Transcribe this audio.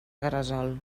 gresol